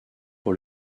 pour